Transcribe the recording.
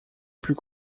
plus